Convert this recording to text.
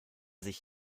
sich